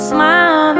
Smile